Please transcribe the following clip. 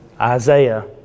Isaiah